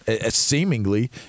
seemingly